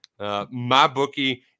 MyBookie